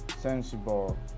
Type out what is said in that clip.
sensible